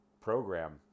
program